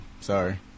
Sorry